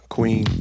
Queen